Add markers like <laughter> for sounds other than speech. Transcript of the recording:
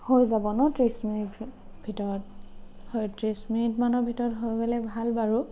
হৈ যাব ন' ত্ৰিছ মিনিট <unintelligible> ভিতৰত হয় ত্ৰিছ মিনিট মানৰ ভিতৰত হৈ গ'লে ভাল বাৰু